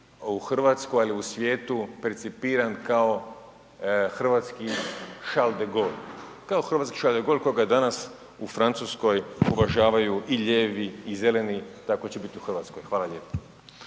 u Hrvatskoj, ali i u svijetu percipiran kao hrvatski Charles de Gaulle, kao hrvatski Charles de Gaulle koga danas u Francuskoj uvažavaju i lijevi i zeleni, tako će biti u Hrvatskoj. Hvala lijepo.